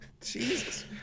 Jesus